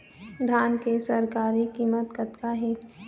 धान के सरकारी कीमत कतका हे?